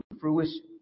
fruition